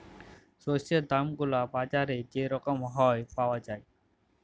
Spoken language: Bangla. শস্যের দাম গুলা বাজারে যে রকম হ্যয় পাউয়া যায়